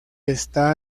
está